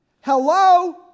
Hello